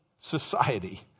society